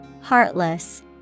Heartless